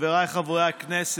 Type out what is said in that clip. חבריי חברי הכנסת,